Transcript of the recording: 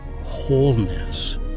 wholeness